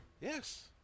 Yes